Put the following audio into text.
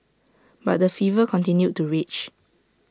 but the fever continued to rage